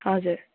हजुर